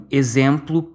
exemplo